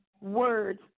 words